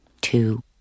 two